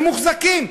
הם מוחזקים.